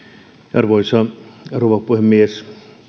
arvoisa rouva puhemies